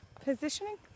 positioning